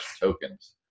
tokens